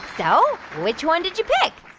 so which one did you pick?